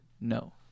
No